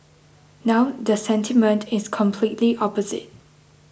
now the sentiment is completely opposite